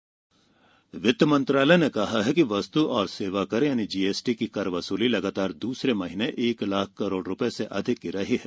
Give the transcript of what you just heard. सरकार जीएसटी वित्त मंत्रालय ने कहा है कि वस्तु और सेवा कर जीएसटी की कर वसूली लगातार दूसरे महीने एक लाख करोड़ रुपये से अधिक रही है